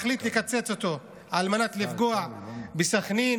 מחליט לקצץ אותו על מנת לפגוע בסח'נין,